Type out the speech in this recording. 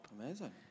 amazing